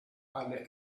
alle